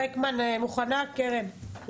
מרכז רקמן, קרן, בבקשה.